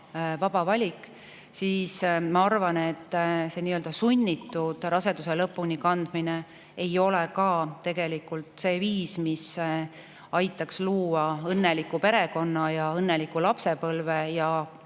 vaba valik. Ma arvan, et sunnitud raseduse lõpuni kandmine ei oleks tegelikult see viis, mis aitaks luua õnneliku perekonna ja õnneliku lapsepõlve,